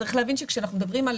צריך להבין שכשאנחנו מדברים על